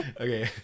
Okay